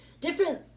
different